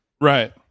right